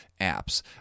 apps